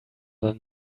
than